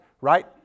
right